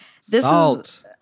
Salt